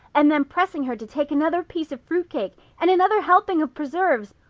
and then pressing her to take another piece of fruit cake and another helping of preserves.